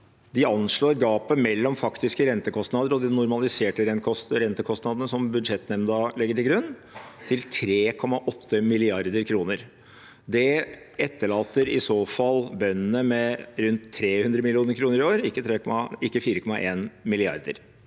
De anslår gapet mellom faktiske rentekostnader og de normaliserte rentekostnadene Budsjettnemnda legger til grunn, til å være 3,8 mrd. kr. Det etterlater i så fall bøndene med rundt 300 mill. kr i år, ikke 4,1 mrd.